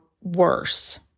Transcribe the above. worse